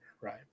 right